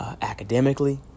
academically